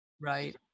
right